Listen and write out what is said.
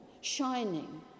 shining